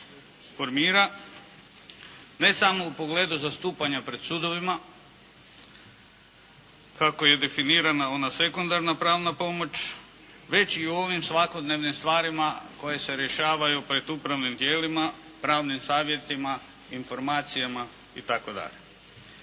formira ne samo u pogledu zastupanja pred sudovima kako je definirana ona sekundarna pravna pomoć već i u ovim svakodnevnim stvarima koje se rješavaju pred upravnim tijelima, pravnim savjetima, informacijama itd.